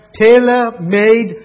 tailor-made